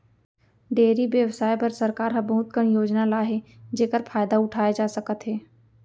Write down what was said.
dairy बेवसाय बर सरकार ह बहुत कन योजना लाए हे जेकर फायदा उठाए जा सकत हे